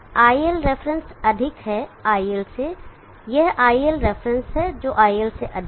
iLref अधिक है iL से यह iLref है जो iL से अधिक है